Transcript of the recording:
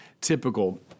typical